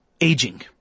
aging